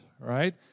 right